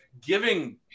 giving